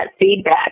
feedback